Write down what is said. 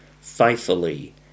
faithfully